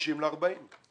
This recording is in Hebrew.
מ-50% ל-40%.